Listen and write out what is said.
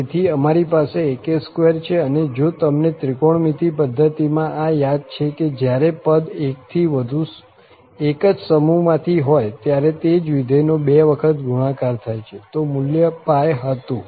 તેથી અમારી પાસે ak2 છે અને જો તમને ત્રિકોણમિતિ પદ્ધતિમાં આ યાદ છે કે જ્યારે પદ એક જ સમૂહમાંથી હોય ત્યારે તે જ વિધેયનો બે વખત ગુણાકાર થાય છે તો મૂલ્ય π હતું